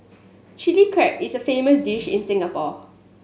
Chilli Crab is a famous dish in Singapore